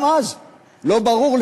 לא ברור,